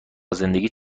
زندگیت